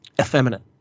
effeminate